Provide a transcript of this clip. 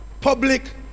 public